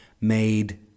made